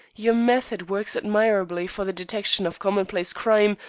your method works admirably for the detection of commonplace crime,